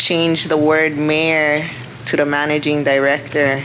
change the word to the managing direct